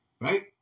Right